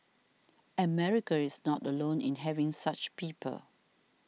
America is not alone in having such people